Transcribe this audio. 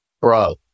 bro